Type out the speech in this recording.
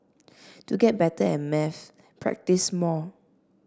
to get better at maths practise more